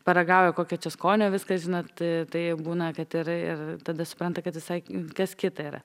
paragauja kokio čia skonio viskas žinot tai būna kad ir ir tada supranta kad visai kas kita yra